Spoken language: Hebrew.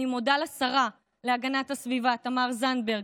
אני מודה לשרה להגנת הסביבה תמר זנדברג,